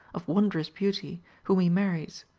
of wondrous beauty, whom he marries.